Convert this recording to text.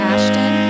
Ashton